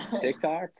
TikTok